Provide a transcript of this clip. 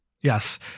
Yes